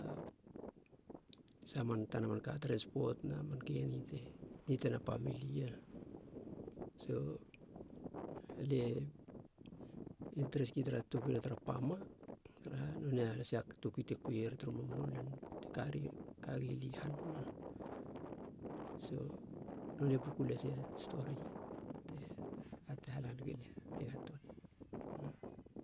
Saha man tana manka, trenspot na manke ni te nitena pemili. So alie interes gia tara tokuina tara pama taraha nonei lasia tokui te kuier turu mamanu lan te kagi lie han, so nonei puku lasi ats stori te tatei hala negulia, nigantöana.